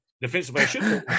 defensively